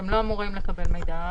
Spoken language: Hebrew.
הם לא אמורים לקבל מידע.